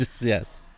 Yes